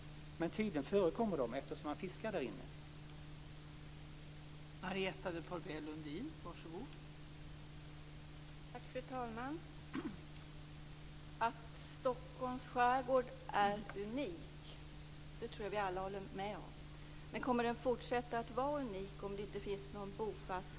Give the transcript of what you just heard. Tydligen - eftersom man fiskar där inne - förekommer de där.